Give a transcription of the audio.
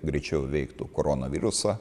greičiau įveiktų koronavirusą